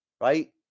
Right